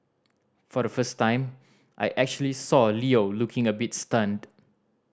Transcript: for the first time I actually saw Leo looking a bit stunned